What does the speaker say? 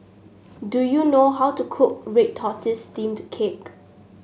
do you know how to cook Red Tortoise Steamed Cake